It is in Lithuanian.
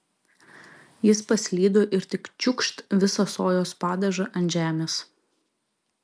jis paslydo ir tik čiūkšt visą sojos padažą ant žemės